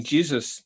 Jesus